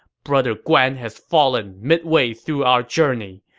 brother guan has fallen midway through our journey,